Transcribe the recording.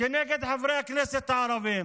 נגד חברי הכנסת הערבים.